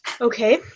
Okay